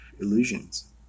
illusions